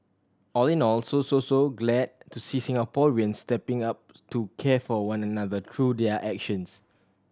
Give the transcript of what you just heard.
all in all so so so glad to see Singaporeans stepping up to care for one another through their actions